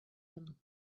them